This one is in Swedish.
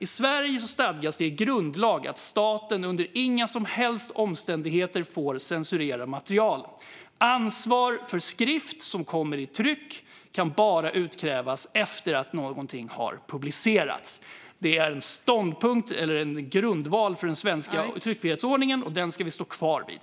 I Sverige stadgas det i grundlag att staten under inga som helst omständigheter får censurera material. Ansvar för skrift som kommer i tryck kan bara utkrävas efter att någonting har publicerats. Det är en grundval för den svenska tryckfrihetsförordningen, och den ska vi stå kvar vid.